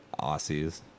Aussies